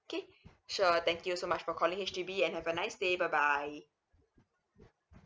okay sure thank you so much for calling H_D_B and have a nice day bye bye